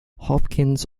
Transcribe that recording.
hopkins